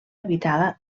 habitada